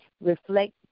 reflect